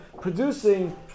producing